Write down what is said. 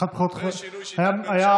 ושינוי שיטת ממשל,